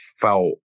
felt